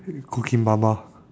cooking mama